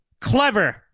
clever